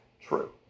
true